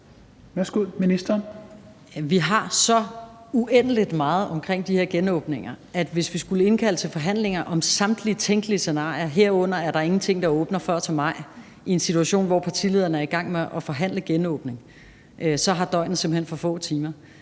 Vi har så uendelig meget omkring de her genåbninger, så hvis vi skulle indkalde til forhandlinger om samtlige tænkelige scenarier, herunder at ingenting åbner før til maj, i en situation, hvor partilederne er i gang med at forhandle genåbningen, så har døgnet simpelt